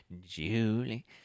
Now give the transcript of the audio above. Julie